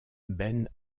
ben